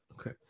Okay